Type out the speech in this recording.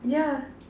yeah